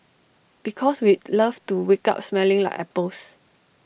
because we'd love to wake up smelling like apples